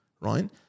right